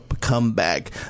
comeback